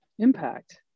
Impact